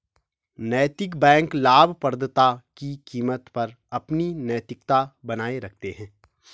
नैतिक बैंक लाभप्रदता की कीमत पर अपनी नैतिकता बनाए रखते हैं